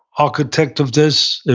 architect of this,